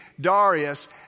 Darius